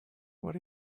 what